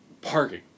parking